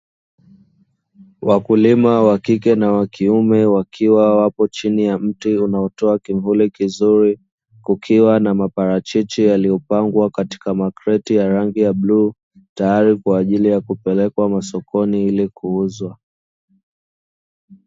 Wakulima wakike na wakiume wakiwa wapo chini ya mti unao toa kimvuli kizuri, kukiwa na mapalachichi yaliyo pangwa katika makreti ya rangi ya bluu tayali kwaajili ya kupelekwa sokoni ili kuuzwa.